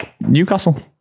Newcastle